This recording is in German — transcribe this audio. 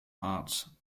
arts